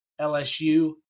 LSU